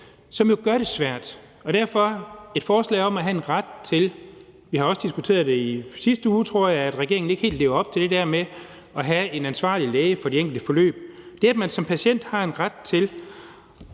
som gør det svært. Vi diskuterede også i sidste uge, tror jeg det var, at regeringen ikke helt lever op til det der med at have en ansvarlig læge på de enkelte forløb. Det, at man som patient har en ret til,